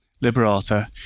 Liberata